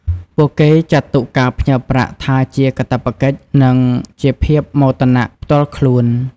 ពួកគេចាត់ទុកការផ្ញើប្រាក់ថាជាកាតព្វកិច្ច និងជាភាពមោទនផ្ទាល់ខ្លួន។